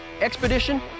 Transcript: Expedition